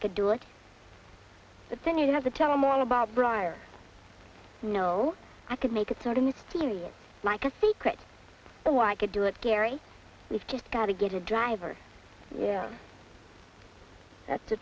could do it but then you have to tell him all about briar no i could make it sort of this to you like a secret oh i could do it gary we've just got to get a driver yeah that's the